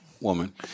woman